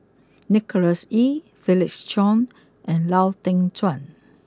Nicholas Ee Felix Cheong and Lau Teng Chuan